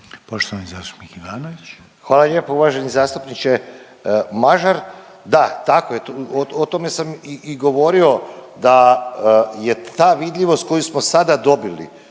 Poštovani zastupnik Ivanović. **Ivanović, Goran (HDZ)** Hvala lijepo zastupniče Mažar. Da, tako je o tome sam i govorio da je ta vidljivost koju samo sada dobili